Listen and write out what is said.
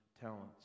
talents